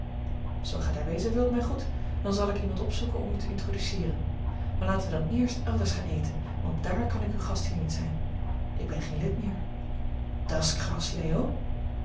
zoo gij daar wezen wilt mij goed dan zal ik iemand opzoeken om u te introduceeren maar laten wij dan eerst elders gaan eten want dààr kan ik uw gastheer niet zijn ik ben geen lid meer dat's kras leo